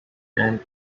and